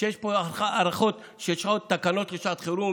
יש פה הארכות של תקנות לשעת חירום,